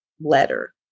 letter